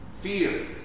Fear